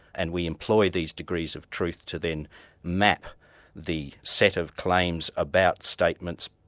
and we employ these degrees of truth to then map the set of claims about statements,